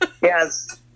Yes